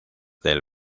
del